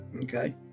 Okay